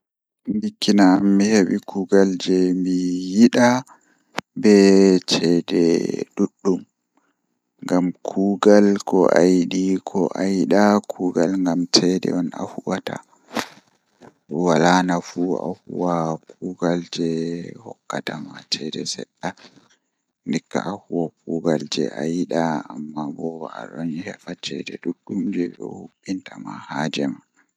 Ndikkina am mi hebi kuugal jei mi yida be ceede duddum ngam kuugal ko ayidi ko ayida kuugal ngam ceede on ahuwata wala nafu ahuwa kugal jei hokkatama ceede sedda ndikka ahuwi kuugal jei ayida amma bo aheban ceede duddum jei hubinta ma haaje ma.